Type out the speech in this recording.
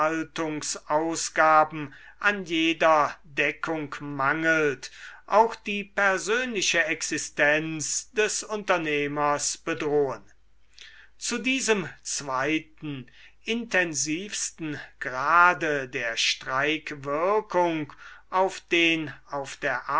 haushaltungsausgaben an jeder deckung mangelt auch die persönliche existenz des unternehmers bedrohen zu diesem zweiten intensivsten grade der streikwirkung auf den auf der